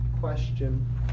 question